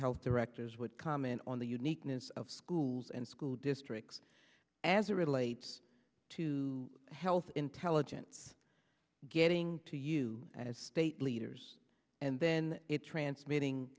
health directors would comment on the uniqueness of schools and school districts as it relates to health intelligence getting to you as state leaders and then it transmitting